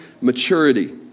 maturity